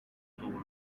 tuvo